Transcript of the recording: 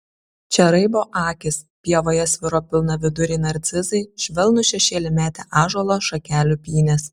čia raibo akys pievoje sviro pilnaviduriai narcizai švelnų šešėlį metė ąžuolo šakelių pynės